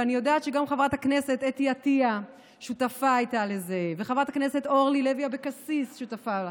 ואני יודעת שגם חברת הכנסת אתי עטייה הייתה שותפה לזה,